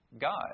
God